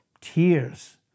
tears